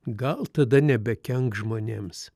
gal tada nebekenks žmonėms